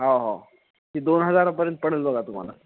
हो हो ती दोन हजारापर्यंत पडेल बघा तुम्हाला